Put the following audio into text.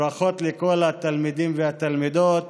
ברכות לכל התלמידים והתלמידות